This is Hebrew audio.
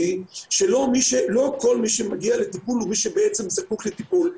לא כל מי שמגיע לטיפול הוא מי שבעצם זקוק לטיפול.